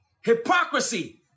hypocrisy